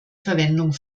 verwendung